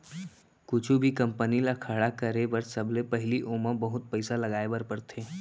कुछु भी कंपनी ल खड़ा करे बर सबले पहिली ओमा बहुत पइसा लगाए बर परथे